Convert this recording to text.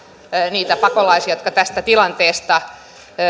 niitä pakolaisia jotka tästä tilanteesta